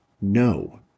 No